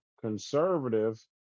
conservative